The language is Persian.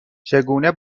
چگونه